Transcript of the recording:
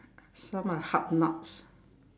some are hard nuts